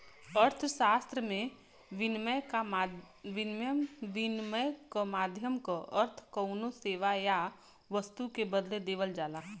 अर्थशास्त्र में, विनिमय क माध्यम क अर्थ कउनो सेवा या वस्तु के बदले देवल जाला